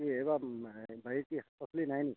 কি এইবাৰ হেৰি বাৰীত কি শাক পাচলি নাই নি